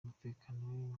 umutekano